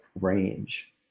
range